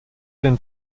den